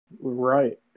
Right